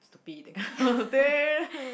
to be the kind of thing